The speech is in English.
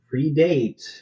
predate